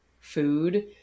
food